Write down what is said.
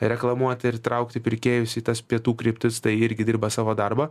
reklamuoti ir traukti pirkėjus į tas pietų kryptis tai irgi dirba savo darbą